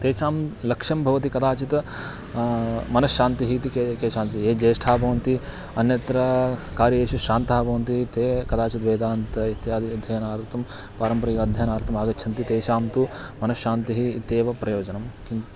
तेषां लक्ष्यं भवति कदाचित् मनश्शान्तिः इति के केषाञ्चित् ये ज्येष्ठा भवन्ति अन्यत्र कार्येषु श्रान्तः भवन्ति ते कदाचित् वेदान्तम् इत्यादि अध्ययनार्थं पारम्परिक अध्ययनार्थम् आगच्छन्ति तेषां तु मनश्शान्तिः इत्येव प्रयोजनं किन्तु